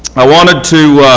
i want to